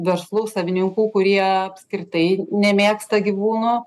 verslų savininkų kurie apskritai nemėgsta gyvūnų